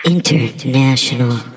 International